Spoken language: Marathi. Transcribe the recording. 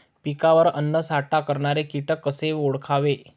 पिकावर अन्नसाठा करणारे किटक कसे ओळखावे?